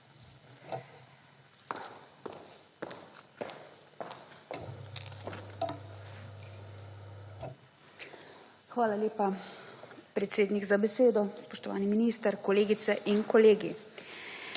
Hvala lepa, predsednik, za besedo. Spoštovani minister, kolegice in kolegi.